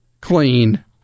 clean